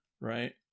right